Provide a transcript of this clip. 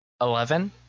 Eleven